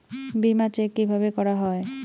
বিমা চেক কিভাবে করা হয়?